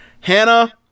Hannah